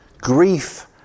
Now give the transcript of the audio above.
grief